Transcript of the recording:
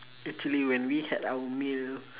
actually when we had our meal